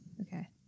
Okay